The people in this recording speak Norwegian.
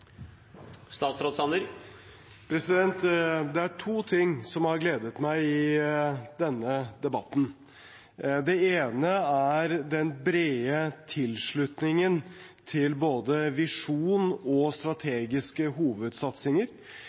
Det er to ting som har gledet meg i denne debatten. Det ene er den brede tilslutningen til både visjon og strategiske hovedsatsinger.